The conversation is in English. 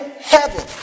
heaven